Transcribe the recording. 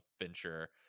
venture